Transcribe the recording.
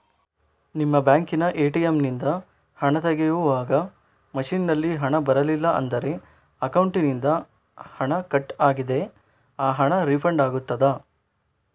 ನಿಮ್ಮ ಬ್ಯಾಂಕಿನ ಎ.ಟಿ.ಎಂ ನಿಂದ ಹಣ ತೆಗೆಯುವಾಗ ಮಷೀನ್ ನಲ್ಲಿ ಹಣ ಬರಲಿಲ್ಲ ಆದರೆ ಅಕೌಂಟಿನಿಂದ ಹಣ ಕಟ್ ಆಗಿದೆ ಆ ಹಣ ರೀಫಂಡ್ ಆಗುತ್ತದಾ?